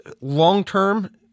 long-term